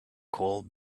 called